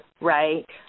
right